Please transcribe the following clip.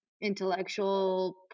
intellectual